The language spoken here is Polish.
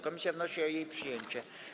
Komisja wnosi o jej przyjęcie.